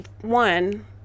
one